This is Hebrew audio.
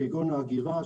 כגון האגירה,